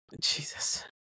Jesus